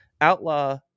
outlaw